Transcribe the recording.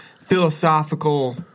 philosophical